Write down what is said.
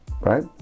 right